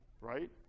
Right